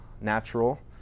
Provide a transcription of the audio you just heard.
natural